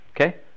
Okay